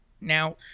Now